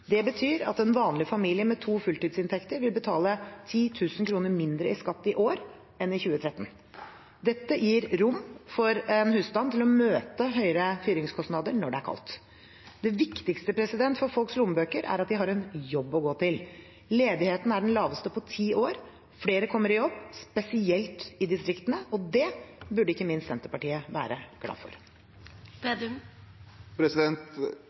Det betyr at en vanlig familie med to fulltidsinntekter vil betale 10 000 kr mindre i skatt i år enn i 2013. Dette gir rom for en husstand til å møte høyere fyringskostnader når det er kaldt. Det viktigste for folks lommebøker er at de har en jobb å gå til. Ledigheten er den laveste på ti år. Flere kommer i jobb, spesielt i distriktene, og det burde ikke minst Senterpartiet være glad